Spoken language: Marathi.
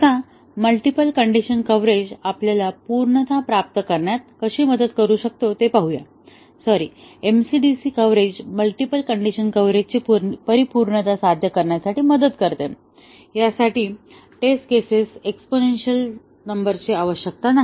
आता मल्टिपल कंडिशन कव्हरेज आपल्याला पूर्णता प्राप्त करण्यात कशी मदत करू शकते ते पाहूया sorry MC DC coverage multiple condition कव्हरेजची परिपूर्णता साध्य करण्यासाठी मदत करते यासाठी टेस्ट केसेस एक्स्पोनेन्शिअल नंबरची आवश्यकता नाही